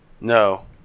No